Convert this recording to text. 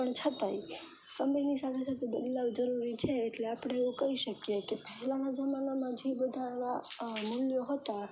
પણ છતાંય બદલાવ જરૂરી છે એટલે આપણે એવું કહી શકીએ કે પહેલાંના જમાનામાં જે બધાં આવા મૂલ્યો હતાં